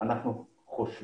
חשוב